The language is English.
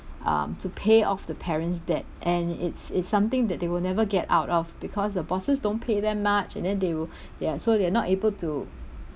um to pay off the parent's debt and it's it's something that they will never get out of because the bosses don't pay them much and then they will ya so they are not able to